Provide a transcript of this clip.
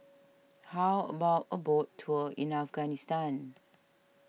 how about a boat tour in Afghanistan